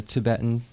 Tibetan